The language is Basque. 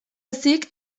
ezik